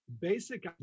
basic